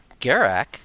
Garak